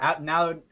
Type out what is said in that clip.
now